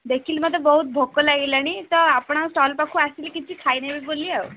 ଦେଖିଲି ମୋତେ ବହୁତ ଭୋକ ଲାଗିଲାଣି ତ ଆପଣଙ୍କ ଷ୍ଟଲ୍ ପାଖକୁ ଆସିଥିଲି କିଛି ଖାଇନେବି ବୋଲି ଆଉ